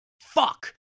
fuck